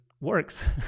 works